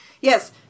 yes